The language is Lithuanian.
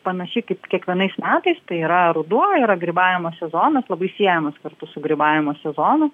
panašiai kaip kiekvienais metais tai yra ruduo yra grybavimo sezonas labai siejamas kartu su grybavimo sezonu